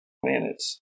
planets